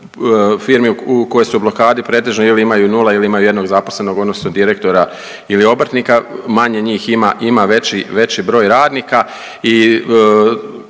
firmi koje su u blokadi pretežno imaju ili 0 ili imaju jednog zaposlenog odnosno direktora ili obrtnika, manje njih ima veći broj radnika